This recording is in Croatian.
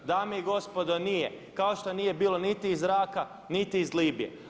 Dame i gospodo nije kao što nije bilo niti iz Iraka niti iz Libije.